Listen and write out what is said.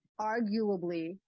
Arguably